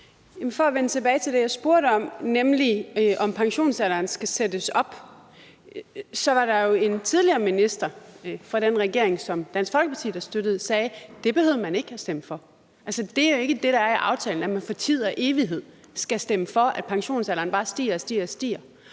at vende tilbage til det, jeg spurgte om, nemlig om pensionsalderen skal sættes op, vil jeg sige, at der jo var en tidligere minister fra den regering, som Dansk Folkeparti støttede, der sagde, at det behøvede man ikke at stemme for. Altså, det er jo ikke det, der ligger i aftalen, at man for tid og evighed skal stemme for, at pensionsalderen bare stiger og stiger.